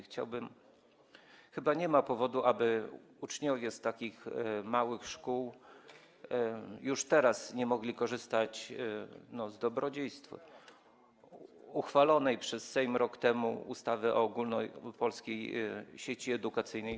Chyba nie ma powodu, aby uczniowie takich małych szkół już teraz nie mogli korzystać z dobrodziejstw uchwalonej przez Sejm rok temu ustawy o Ogólnopolskiej Sieci Edukacyjnej.